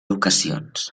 ocasions